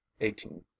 eighteen